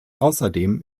außerdem